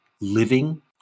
living